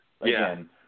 again